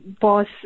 boss